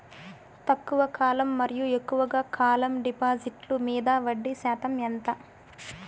తక్కువ కాలం మరియు ఎక్కువగా కాలం డిపాజిట్లు మీద వడ్డీ శాతం ఎంత?